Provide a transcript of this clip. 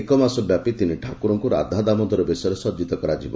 ଏକମାସ ବ୍ୟାପୀ ତିନି ଠାକୁରଙ୍କୁ ରାଧାଦାମୋଦର ବେଶରେ ସଜିତ କରାଯିବ